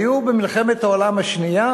היו במלחמת העולם השנייה